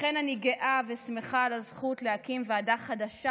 לכן אני גאה ושמחה על הזכות להקים ועדה חדשה